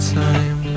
time